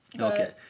okay